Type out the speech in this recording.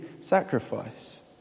sacrifice